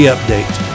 Update